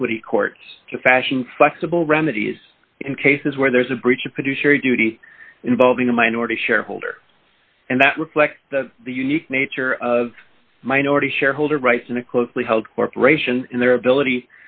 equity courts to fashion flexible remedies in cases where there is a breach of producer duty involving a minority shareholder and that reflects the unique nature of minority shareholder rights in a closely held corporation in their ability